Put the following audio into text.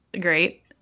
great